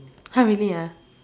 !huh! really ah